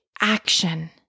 action